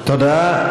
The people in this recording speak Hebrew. תודה.